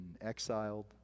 exiled